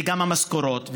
וגם המשכורות,